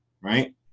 right